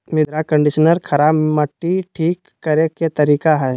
मृदा कंडीशनर खराब मट्टी ठीक करे के तरीका हइ